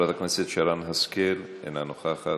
חברת הכנסת שרן השכל, אינה נוכחת,